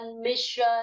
mission